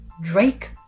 Drake